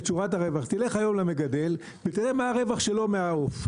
תלך היום למגדל ותראה מה הרווח שלו מהעוף.